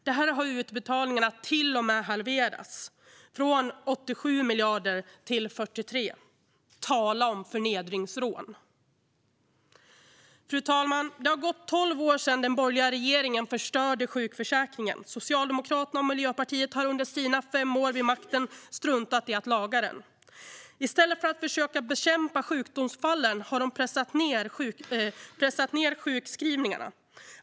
Där har utbetalningarna till och med halverats, från 87 till 43 miljarder. Tala om förnedringsrån! Fru talman! Det har gått tolv år sedan den borgerliga regeringen förstörde sjukförsäkringen. Socialdemokraterna och Miljöpartiet har under sina fem år vid makten struntat i att laga den. I stället för att försöka bekämpa sjukdomsfallen har de pressat ned sjukskrivningarna.